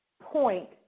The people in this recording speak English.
point